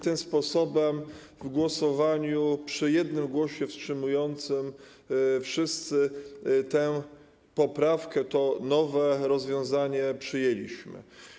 Tym sposobem w głosowaniu przy 1 głosie wstrzymującym się wszyscy tę poprawkę, to nowe rozwiązanie przyjęliśmy.